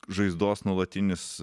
žaizdos nuolatinis